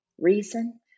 reason